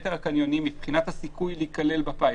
יתר הקניונים מבחינת הסיכוי להיכלל בפיילוט.